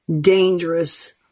dangerous